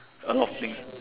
a lot of things